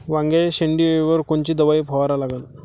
वांग्याच्या शेंडी अळीवर कोनची दवाई फवारा लागन?